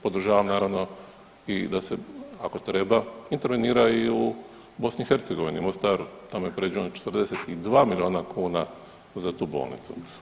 Podržavam, naravno i da se, ako treba intervenira i u BiH, u Mostaru, tamo je pređeno 42 milijuna kuna za tu bolnicu.